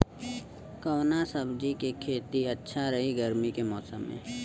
कवना सब्जी के खेती अच्छा रही गर्मी के मौसम में?